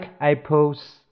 apples